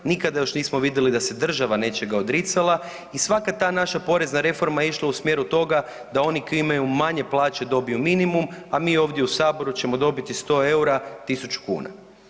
Nikada još nismo vidjeli da se država nečega odricala i svaka ta naša porezna reforma išla je u smjeru toga da oni koji imaju manje plaće dobiju minimum, a mi ovdje u Saboru ćemo dobiti 100 eura, 1.000 kuna.